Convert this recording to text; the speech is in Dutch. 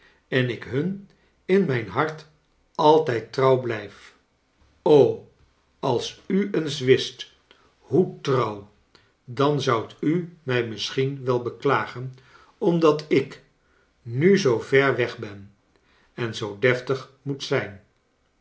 en ik hun in mijn hart altijd trouw blijf als u eens wist hoe trouw dan zoudt u mij misschien wel beklagen omdat ik nu zoo ver weg ben en zoo deftig moet zijn